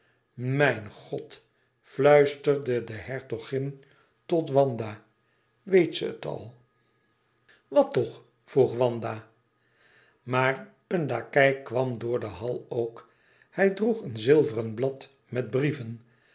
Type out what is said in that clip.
mijn god fluisterde de hertogin tot wanda weet ze het al wat toch vroeg wanda maar een lakei kwam door den hall ook hij droeg een zilveren blad met brieven